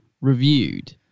reviewed